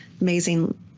amazing